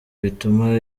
bituma